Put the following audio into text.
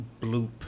bloop